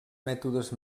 mètodes